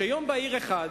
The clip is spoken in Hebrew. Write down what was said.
שיום בהיר אחד,